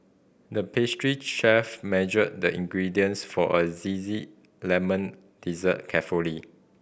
the pastry chef measured the ingredients for a lemon dessert carefully